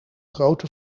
grote